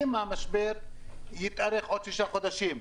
אם המשבר יתארך עוד שישה חודשים,